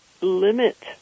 limit